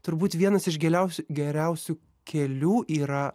turbūt vienas iš giliausių geriausių kelių yra